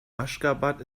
aşgabat